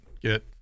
get